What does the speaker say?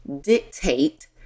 dictate